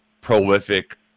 prolific